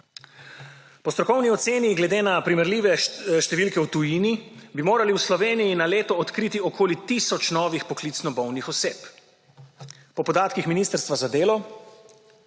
Po strokovni oceni bi morali glede na primerljive številke v tujini v Sloveniji na leto odkriti okoli tisoč novih poklicno bolnih oseb. Po podatkih ministrstva za delo